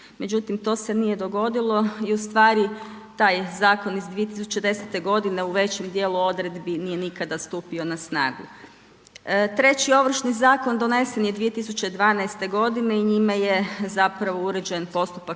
Međutim, to se nije dogodilo i ustvari taj zakon iz 2010. godine u većem dijelu odredbi nije nikada stupio na snagu. Treći Ovršni zakon donesen je 2012. godine i njime je uređen postupak